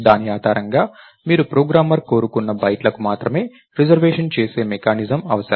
దాని ఆధారంగా మీరు ప్రోగ్రామర్ కోరుకున్నన్ని బైట్లకు మాత్రమే రిజర్వేషన్ చేసే మెకానిజం అవసరం